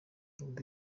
ntabwo